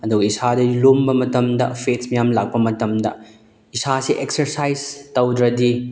ꯑꯗꯨꯒ ꯏꯁꯥꯗ ꯂꯨꯝꯕ ꯃꯇꯝꯗ ꯐꯦꯠꯁ ꯃꯌꯥꯝ ꯂꯥꯛꯄ ꯃꯇꯝꯗ ꯏꯁꯥꯁꯦ ꯑꯦꯛꯁꯥꯔꯁꯥꯏꯁ ꯇꯧꯗ꯭ꯔꯗꯤ